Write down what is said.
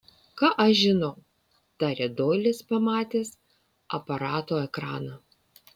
ką aš žinau tarė doilis pamatęs aparato ekraną